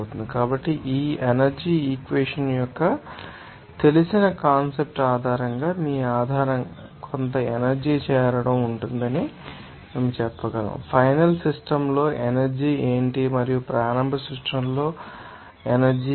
కాబట్టి ఈ energy equation యొక్క మీకు తెలిసిన కాన్సెప్ట్ ఆధారంగా మీ ఆధారంగా కొంత ఎనర్జీ చేరడం ఉంటుందని మేము చెప్పగలం ఫైనల్ సిస్టమ్ లో ఎనర్జీ ఏమిటి మరియు ప్రారంభ సిస్టమ్ లో మరియు ఎనర్జీ ఏది